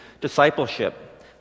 discipleship